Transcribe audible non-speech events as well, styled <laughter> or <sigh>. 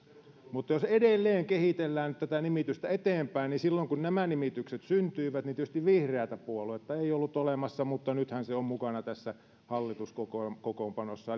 mutta jos edelleen kehitellään nyt tätä nimitystä eteenpäin silloin kun nämä nimitykset syntyivät vihreätä puoluetta ei tietysti ollut olemassa mutta nythän se on mukana tässä hallituskokoonpanossa <unintelligible>